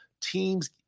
teams